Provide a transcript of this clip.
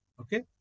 Okay